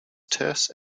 terse